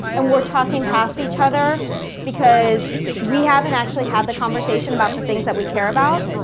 and we're talking past each other because we haven't actually had the conversation about the things that we care about?